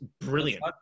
brilliant